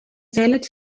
زالت